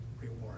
reward